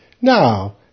Now